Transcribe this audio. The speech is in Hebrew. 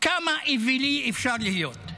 כמה אווילי אפשר להיות?